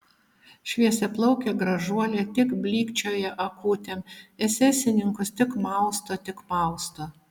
šviesiaplaukė gražuolė tik blykčioja akutėm esesininkus tik mausto tik mausto